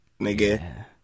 nigga